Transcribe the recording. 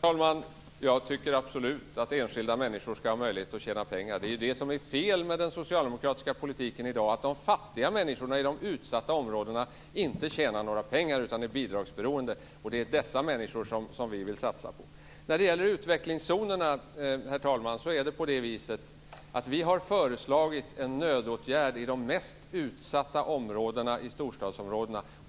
talman! Jag tycker absolut att enskilda människor ska ha möjlighet att tjäna pengar. Det som är fel med den socialdemokratiska politiken i dag är att de fattiga människorna i de utsatta områdena inte tjänar några pengar utan är bidragsberoende. Det är dessa människor vi vill satsa på. Herr talman! Sedan var det frågan om utvecklingszonerna. Vi har föreslagit en nödåtgärd i de mest utsatta områdena i storstadsområdena.